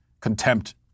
contempt